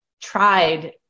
tried